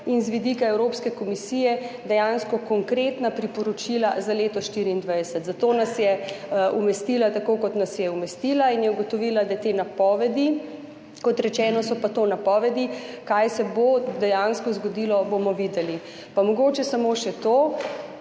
in z vidika Evropske komisije dejansko konkretna priporočila za leto 2024, zato nas je umestila tako, kot nas je umestila, in je ugotovila te napovedi. Kot rečeno, so pa to napovedi, kaj se bo dejansko zgodilo, pa bomo videli. Mogoče samo še to,